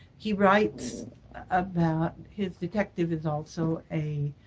he writes about, his detective is also a